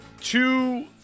two